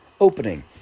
opening